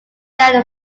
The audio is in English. down